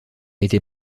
été